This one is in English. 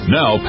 Now